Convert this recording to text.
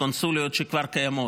בקונסוליות שכבר קיימות,